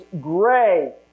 gray